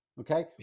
okay